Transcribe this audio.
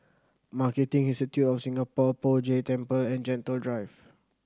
Marketing Institute of Singapore Poh Jay Temple and Gentle Drive